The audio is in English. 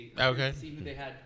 Okay